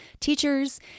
teachers